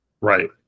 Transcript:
Right